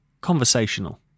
Conversational